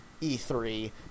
E3